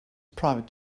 private